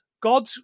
God